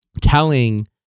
telling